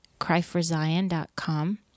cryforzion.com